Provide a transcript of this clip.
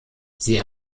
sie